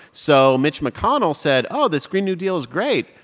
so mitch mcconnell said, oh, this green new deal is great.